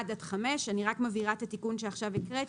55א10(ב)(1) (5);"" אני רק מבהירה את התיקון שעכשיו הקראתי.